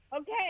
okay